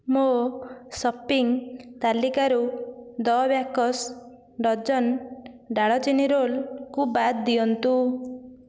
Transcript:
ମୋ ସପିଂ ତାଲିକାରୁ the baker's dozen ଡାଳଚିନି ରୋଲକୁ ବାଦ୍ ଦିଅନ୍ତୁ